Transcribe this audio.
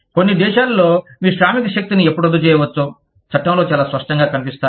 కొన్ని దేశాలలో మీ శ్రామిక శక్తిని ఎప్పుడు రద్దు చేయవచ్చో చట్టం లో చాలా స్పష్టంగా కనిపిస్తాయి